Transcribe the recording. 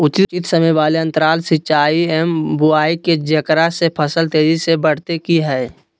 उचित समय वाले अंतराल सिंचाई एवं बुआई के जेकरा से फसल तेजी से बढ़तै कि हेय?